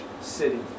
city